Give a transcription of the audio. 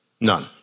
None